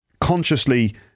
consciously